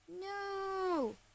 No